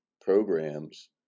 programs